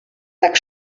tak